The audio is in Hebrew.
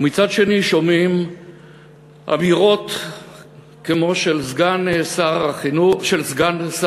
ומצד שני שומעים אמירות כמו של סגן שר הביטחון,